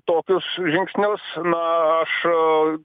tokius žingsnius na aš